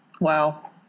Wow